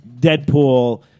Deadpool